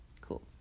Cool